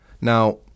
Now